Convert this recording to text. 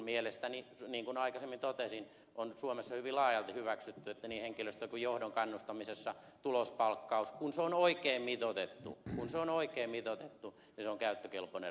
niin kuin aikaisemmin totesin mielestäni suomessa on hyvin laajalti hyväksytty että niin henkilöstön kuin johdonkin kannustamisessa tulospalkkaus kun se on oikein mitoitettu kun se on oikein mitoitettu on käyttökelpoinen ratkaisu